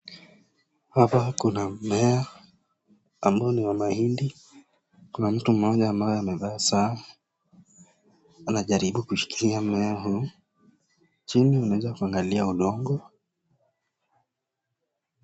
Hapa kuna mmea ambao ni wa mahindi. Kuna mtu mmoja ambaye amevaa saa anajaribu kushikilia mmea huu. Chini unaweza kuangalia udongo.